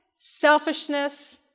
selfishness